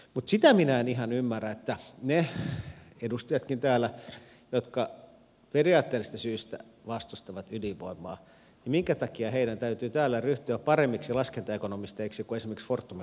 mutta sitä minä en ihan ymmärrä minkä takia niidenkin edustajien jotka periaatteellisista syistä vastustavat ydinvoimaa täytyy täällä ryhtyä paremmiksi laskentaekonomisteiksi kuin esimerkiksi fortumin laskentaekonomistit ovat